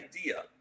idea